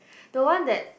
the one that